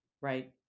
right